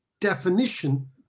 definition